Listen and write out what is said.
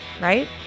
right